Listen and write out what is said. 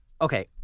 Okay